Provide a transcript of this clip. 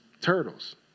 turtles